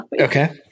Okay